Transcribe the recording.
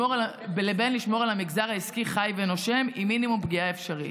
לבין שמירה על המגזר העסקי חי ונושם עם מינימום פגיעה אפשרית.